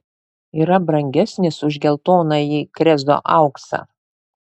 yra brangesnis už geltonąjį krezo auksą